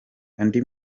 andi